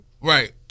right